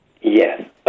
Yes